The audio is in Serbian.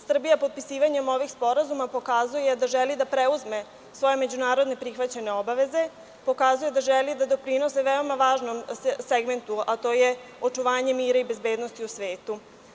Srbija potpisivanjem ovih sporazuma pokazuje da želi da preuzme svoje međunarodne prihvaćene obaveze, pokazuje da želi da da doprinos veoma važnom segmentu, a to je očuvanje mira i bezbednosti u svetu.